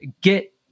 get